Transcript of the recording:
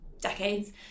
decades